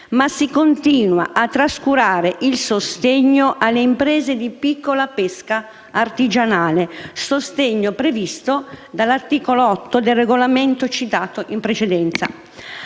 ma si continua a trascurare il sostegno alle imprese di piccola pesca artigianale, sostegno previsto all'articolo 8 del regolamento citato precedentemente.